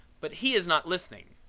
but he is not listening.